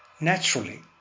Naturally